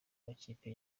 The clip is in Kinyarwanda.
amakipe